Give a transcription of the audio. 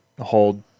hold